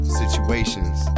situations